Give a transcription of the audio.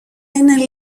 είναι